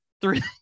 three